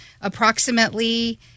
Approximately